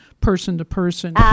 person-to-person